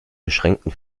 beschränkten